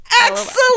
Excellent